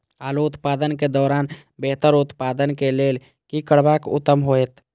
आलू उत्पादन के दौरान बेहतर उत्पादन के लेल की करबाक उत्तम होयत?